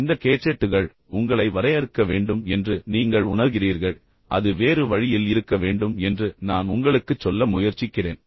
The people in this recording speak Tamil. இந்த கேஜெட்டுகள் உங்களை வரையறுக்க வேண்டும் என்று நீங்கள் உண்மையில் உணர்கிறீர்கள் ஆனால் அது வேறு வழியில் இருக்க வேண்டும் என்று நான் உங்களுக்குச் சொல்ல முயற்சிக்கிறேன்